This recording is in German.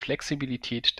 flexibilität